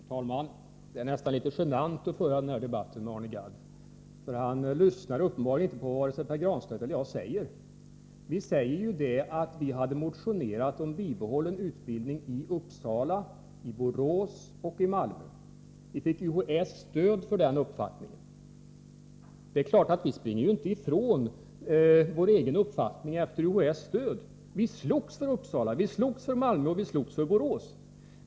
Herr talman! Det är nästan litet genant att föra den här debatten med Arne Gadd. Han lyssnar uppenbarligen inte på vare sig Pär Granstedt eller mig. Vi säger att vi motionerat om bibehållen utbildning i Uppsala, Borås och Malmö. UHÄ stöder vår uppfattning. Det är klart att vi då inte springer ifrån vår egen åsikt. Vi slogs för Uppsala. Vi slogs för Malmö. Vi slogs för Borås.